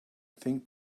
think